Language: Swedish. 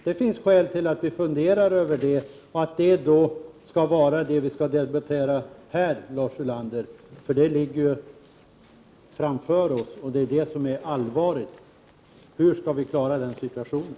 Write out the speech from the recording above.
Det finns skäl att fundera över det och att diskutera det här, Lars Ulander, därför att det ligger framför oss och det är allvaret. Hur skall vi klara den situationen?